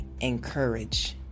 encourage